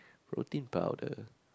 protein powder